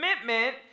commitment